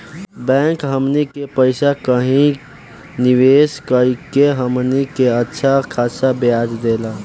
bank हमनी के पइसा कही निवेस कऽ के हमनी के अच्छा खासा ब्याज देवेला